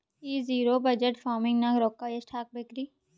ಈ zero budget farming ನಾಗ್ ರೊಕ್ಕ ಎಷ್ಟು ಹಾಕಬೇಕರಿ?